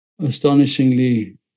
astonishingly